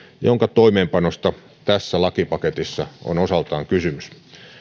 jonka toimeenpanosta tässä lakipaketissa on osaltaan kysymys